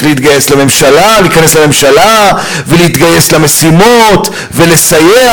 להיכנס לממשלה ולהתגייס למשימות ולסייע,